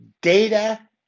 Data